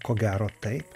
ko gero taip